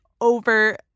over